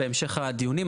בהמשך הדיונים,